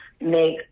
make